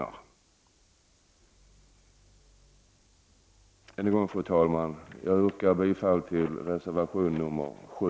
Fru talman! Jag yrkar än en gång bifall till reservation nr 7.